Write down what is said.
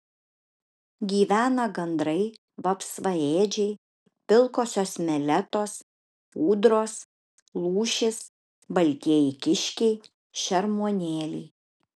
gyvena gandrai vapsvaėdžiai pilkosios meletos ūdros lūšys baltieji kiškiai šermuonėliai